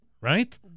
right